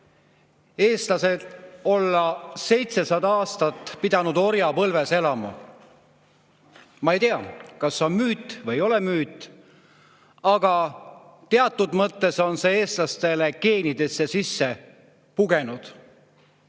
eestlased olla 700 aastat pidanud orjapõlves elama. Ma ei tea, kas see on müüt või ei ole müüt, aga teatud mõttes on eestlaste geenidesse sisse pugenud